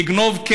לגנוב,